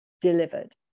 delivered